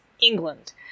England